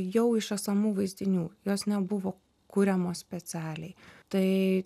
jau iš esamų vaizdinių jos nebuvo kuriamos specialiai tai